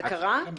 זה קרה?